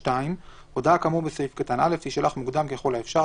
(2) הודעה כאמור בסעיף קטן (א) תישלח מוקדם ככל האפשר,